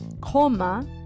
comma